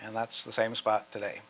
and that's the same spot today